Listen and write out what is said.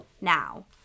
now